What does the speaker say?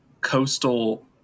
Coastal